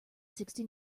sixty